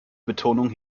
betonung